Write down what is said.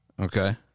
Okay